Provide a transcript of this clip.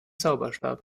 zauberstab